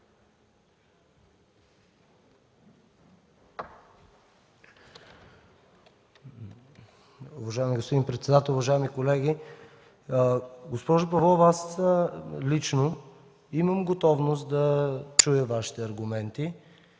Уважаеми господин председател, уважаеми колеги! Госпожо Павлова, лично аз имам готовност да чуя Вашите аргументи